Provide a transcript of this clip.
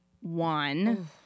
one